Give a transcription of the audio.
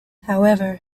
however